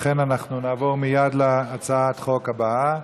לכן, אנחנו נעבור מייד להצעת החוק הבאה.